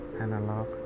analog